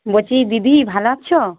বলছি দিদি ভালো আছো